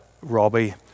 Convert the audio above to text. Robbie